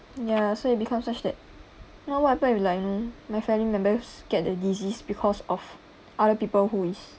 ya so it becomes such that you know what happen if like you know my family members get the disease because of other people who is